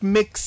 Mix